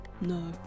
no